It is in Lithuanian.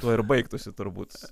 tuo ir baigtųsi turbūt